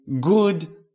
good